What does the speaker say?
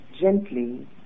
gently